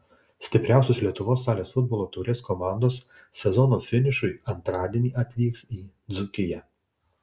stipriausios lietuvos salės futbolo taurės komandos sezono finišui antradienį atvyks į dzūkiją